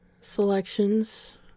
selections